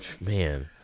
man